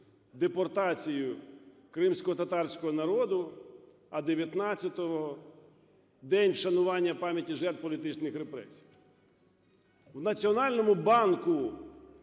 депортації кримськотатарського народу, а 19-го – День вшанування пам'яті жертв політичних репресій. В Національному банку